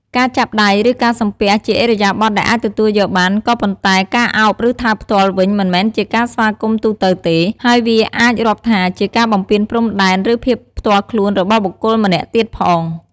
ការចាប់ដៃ ឬ ការសំពះជាឥរិយាបថដែលអាចទទួកយកបាន ក៏ប៉ុន្តែការអោប ឬ ថើបថ្ពាល់វិញមិនមែនជាការស្វាគមន៍ទូទៅទេ ហើយវាអាចរាប់ថាជាការបំពានព្រំដែន ឬ ភាពផ្ទាល់ខ្លួនរបស់បុគ្គលម្នាក់ទៀតផង។